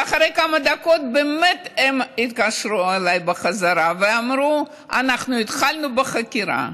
ואחרי כמה דקות הם באמת התקשרו אליי בחזרה ואמרו: אנחנו התחלנו בחקירה.